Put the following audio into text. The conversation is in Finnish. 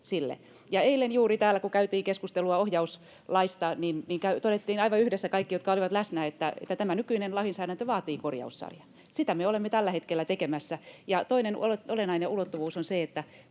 sille. Eilen juuri kun täällä käytiin keskustelua ohjauslaista, todettiin aivan yhdessä kaikki, jotka olivat läsnä, että tämä nykyinen lainsäädäntö vaatii korjaussarjan. Sitä me olemme tällä hetkellä tekemässä. Toinen olennainen ulottuvuus on se, että